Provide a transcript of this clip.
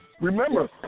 remember